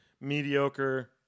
mediocre